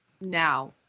now